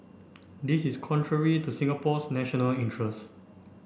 this is contrary to Singapore's national interests